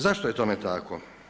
Zašto je tome tako?